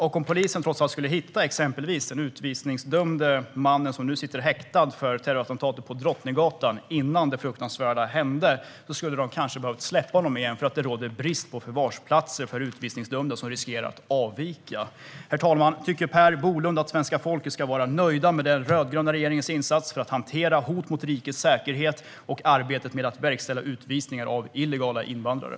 Om polisen trots allt skulle ha hittat exempelvis den utvisningsdömde man som nu sitter häktad för terrorattentatet på Drottninggatan innan det fruktansvärda hände skulle de kanske ha behövt släppa honom igen för att det råder brist på förvarsplatser för utvisningsdömda som riskerar att avvika. Herr talman! Tycker Per Bolund att svenska folket ska vara nöjt med den rödgröna regeringens insats för att hantera hot mot rikets säkerhet och med arbetet med att verkställa utvisningar av illegala invandrare?